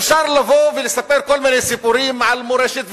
אפשר לבוא ולספר כל מיני סיפורים על מורשת,